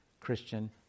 Christian